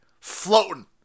floating